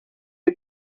you